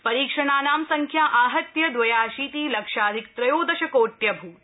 परीक्षणानां संख्या आहत्य द्वयाशीति लक्षाधिक त्रयोदश कोटि अभूत